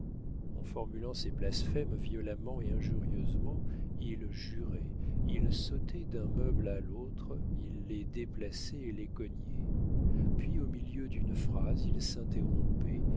en formulant ses blasphèmes violemment et injurieusement il jurait il sautait d'un meuble à l'autre il les déplaçait et les cognait puis au milieu d'une phrase il s'interrompait